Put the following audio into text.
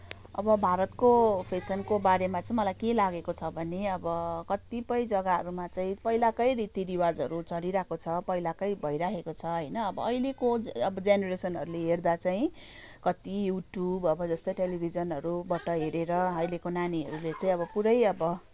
अब भारतको फेसनको बारेमा चाहिँ मलाई के लागेको छ भने अब कतिपय जग्गाहरूमा चाहिँ पहिलाकै रीति रिवाजहरू चलिरहेको छ पहिलाकै भइरहेको छ होइन अब अहिलेको अब जेनेरेसनहरूले हेर्दा चाहिँ कति युट्युब अब जस्तै टेलिभीजनहरूबाट हेरेर अहिलेको नानीहरूले चाहिँ पुरै अब